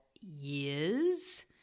years